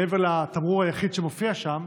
מעבר לתמרור היחיד שמופיע שם,